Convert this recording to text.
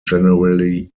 generally